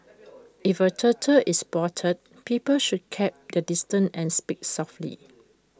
if A turtle is spotted people should keep their distance and speak softly